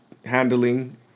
handling